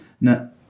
No